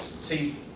see